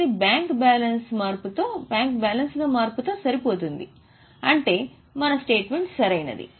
ఇది bank balance లో మార్పుతో సరిపోతుంది అంటే మన స్టేట్మెంట్ సరైనది